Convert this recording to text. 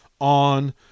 on